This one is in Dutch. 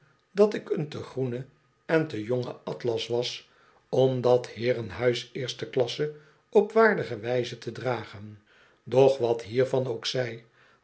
dat ik een te groene en te jonge atlas was om dat heerenhuis eerste klasse op waardige wijze te dragen doch wat hiervan ook zij